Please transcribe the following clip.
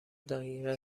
دقیقه